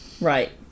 right